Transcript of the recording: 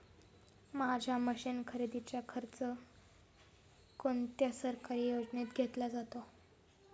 माझ्या मशीन खरेदीचा खर्च कोणत्या सरकारी योजनेत घेतला जातो?